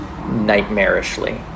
nightmarishly